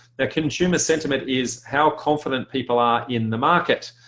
ah consumer sentiment is how confident people are in the market.